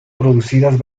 producidas